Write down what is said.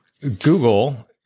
Google